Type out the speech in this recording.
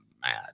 mad